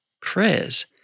prayers